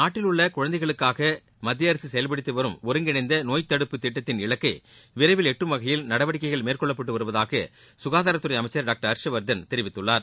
நாட்டில் உள்ள குழந்தைகளுக்காக மத்திய அரசு செயல்படுத்தி வரும் ஒருங்கிணைந்த நோய் தடுப்பு திட்டத்தின் இலக்கை விரைவில் எட்டும் வகையில் நடவடிக்கைகள் மேற்கொள்ளப்பட்டு வருவதாக சுகாதாரத்துறை அமைச்சர் டாக்டர் ஹர்ஷ்வர்தன் தெரிவித்துள்ளார்